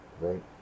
Right